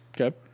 Okay